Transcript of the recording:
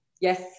Yes